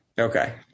Okay